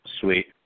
Sweet